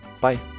Bye